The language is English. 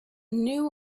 new